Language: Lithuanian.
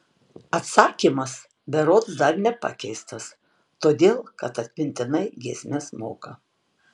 atsakymas berods dar nepakeistas todėl kad atmintinai giesmes moka